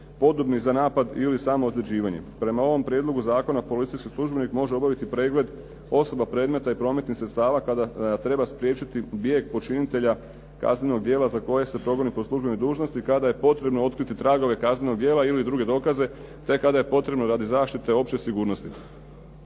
podobnih za napad ili samoozljeđivanje. Prema ovom prijedlogu zakona policijski službenik može obaviti pregled osoba, predmeta i prometnih sredstava kada treba spriječiti bijeg počinitelja kaznenog djela za koje se progoni po službenoj dužnosti kada je potrebno otkriti tragove kaznenog djela ili druge dokaze te kada je potrebno radi zaštite opće sigurnosti.